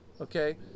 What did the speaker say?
Okay